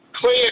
Clear